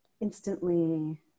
instantly